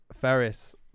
Ferris